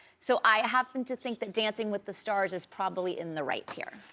so i happen to think that dancing with the stars is probably in the right here.